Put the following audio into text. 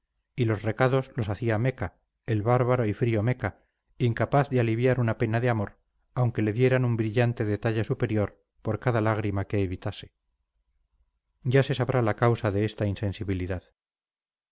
y los recados los hacía meca el bárbaro y frío meca incapaz de aliviar una pena de amor aunque le dieran un brillante de talla superior por cada lágrima que evitase ya se sabrá la causa de esta insensibilidad